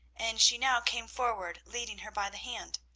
and she now came forward leading her by the hand.